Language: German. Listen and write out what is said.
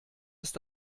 ist